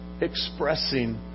expressing